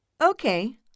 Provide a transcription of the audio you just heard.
Okay